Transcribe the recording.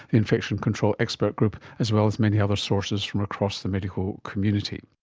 infection control expert group, as well as many other sources from across the medical community